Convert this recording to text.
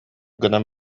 гынан